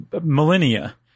millennia